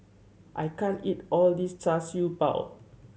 I can't eat all this Char Siew Bao